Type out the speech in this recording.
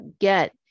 get